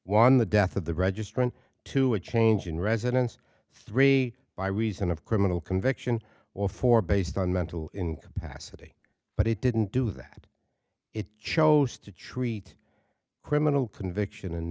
one the death of the registrant to a change in residence three by reason of criminal conviction or four based on mental incapacity but it didn't do that it chose to treat criminal conviction and